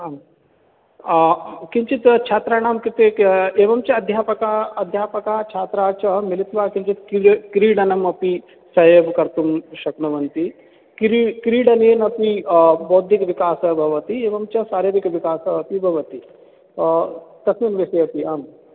आं किञ्चित् छात्राणाङ्कृते एवञ्च अध्यापकाः अध्यापकाः छात्राः च मिलित्वा किञ्चित् क्रीड क्रीडनम् अपि सह एव कर्तुं शक्नुवन्ति क्री क्रीडनेन अपि बौद्धिकविकासः भवति एवञ्च शारीरिकविकासः अपि भवति तस्मिन् विषये अपि आम्